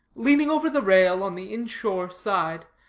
leaning over the rail on the inshore side,